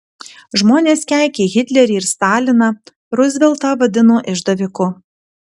žmonės keikė hitlerį ir staliną ruzveltą vadino išdaviku